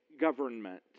government